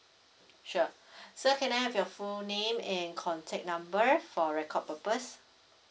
sure sir can I have your full name and contact number for record purpose